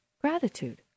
Gratitude